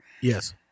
Yes